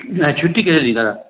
ऐं छुटी कॾहिं ॾींदा